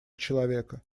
человека